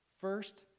First